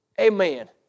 Amen